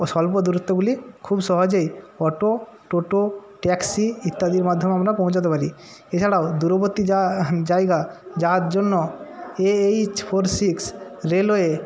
স্বল্প দূরত্বগুলি খুব সহজেই অটো টোটো ট্যাক্সি ইত্যাদির মাধ্যমে আমরা পৌঁছাতে পারি এছাড়াও দূরবর্তী জায়গা যাওয়ার জন্য A H four six railway